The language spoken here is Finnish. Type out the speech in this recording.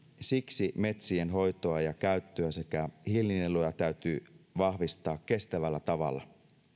siksi metsien hoitoa ja käyttöä sekä hiilinieluja täytyy vahvistaa kestävällä tavalla